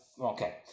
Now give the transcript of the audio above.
Okay